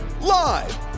Live